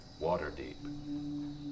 Waterdeep